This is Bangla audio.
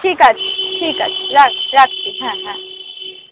ঠিক আছে ঠিক আছে রাখ রাখছি হ্যাঁ হ্যাঁ